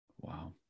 wow